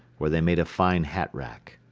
where they made a fine hat rack.